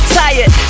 tired